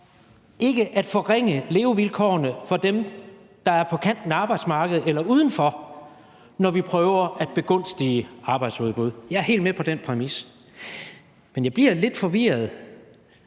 ikke at forringe levevilkårene for dem, der er på kanten af arbejdsmarkedet eller uden for, når vi prøver at begunstige arbejdsudbud. Jeg er helt med på den præmis. Men jeg bliver lidt forvirret